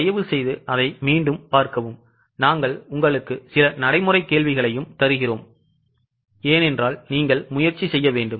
தயவுசெய்து அதை மீண்டும் பார்க்கவும் நாங்கள் உங்களுக்கு சில நடைமுறை கேள்விகளையும் தருகிறோம் ஏனென்றால் நீங்கள் முயற்சி செய்ய வேண்டும்